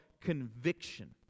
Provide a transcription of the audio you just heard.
conviction